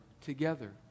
together